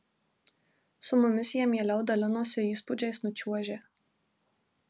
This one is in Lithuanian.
su mumis jie mieliau dalinosi įspūdžiais nučiuožę